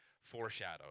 foreshadowed